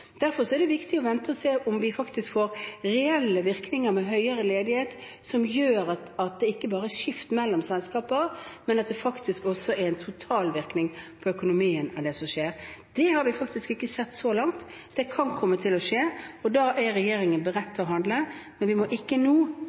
se om vi faktisk får reelle virkninger med høyere ledighet, som gjør at det ikke bare er utskiftninger mellom selskaper, men at det som skjer, faktisk også har en totalvirkning på økonomien. Det har vi faktisk ikke sett så langt. Det kan komme til å skje, og da er regjeringen beredt til å handle, men vi må nå sørge for at vi ikke